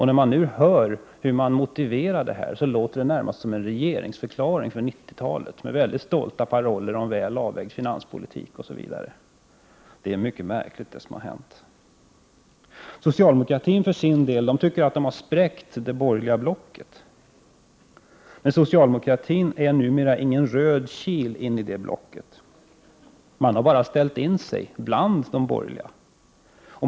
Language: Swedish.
När man nu hör hur centern motiverar detta, låter det närmast som en regeringsförklaring inför 90-talet med mycket stolta paroller om väl avvägd finanspolitik osv. Det som hänt är mycket märkligt. Socialdemokraterna för sin del tycker att de har spräckt det borgerliga blocket. Men socialdemokraterna är numera ingen röd kilin i det blocket. De har bara ställt sig bland de borgerliga.